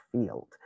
field